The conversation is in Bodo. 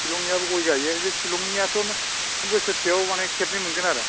शिलंनियाबो गय गायो जे शिलंनियाथ' बोसोरसेयाव मानि खेबनै मोनगोन आरो